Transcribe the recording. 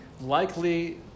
likely